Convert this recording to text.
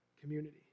community